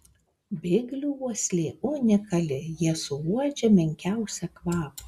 biglių uoslė unikali jie suuodžia menkiausią kvapą